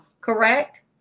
correct